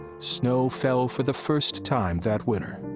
snow fell for the first time that winter.